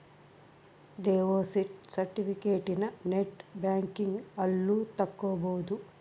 deposit ಸೆರ್ಟಿಫಿಕೇಟನ net banking ಅಲ್ಲು ತಕ್ಕೊಬೊದು